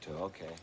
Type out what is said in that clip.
okay